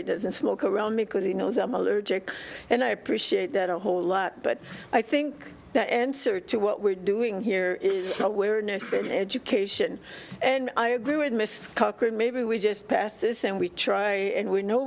he doesn't smoke around me because he knows i'm allergic and i appreciate that a whole lot but i think the answer to what we're doing here is awareness and education and i agree with mr cochran maybe we just passed this and we try and we know